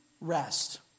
rest